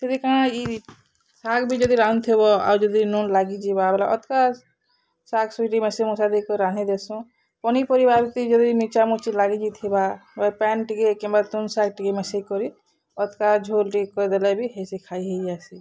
ସେଥି କାଣା ଇ ଶାଗ୍ ବି ଯଦି ରାନ୍ଧିଥିବ ଆଉ ଯଦି ନୁନ୍ ଲାଗିଯିବା ବେଲେ ଅଧ୍କା ଶାଗ୍ ସୁଜି ମେସି ମୁସା ଦେଇକରି ରାନ୍ଧିଦେସୁଁ ପନିପରିବାତି ଯଦି ମିର୍ଚା ମୁର୍ଚି ଲାଗିଯାଇଥିବା ବା ପାଏନ୍ ଟିକେ କିମ୍ବା ତୁନ୍ ସାଗ୍ ଟିକେ ମେସି କରି ଅଧ୍କା ଝୋଲ୍ ଟିକେ କରିଦେଲେ ବି ହେସି ଖାଇ ହେଇଯାଏସି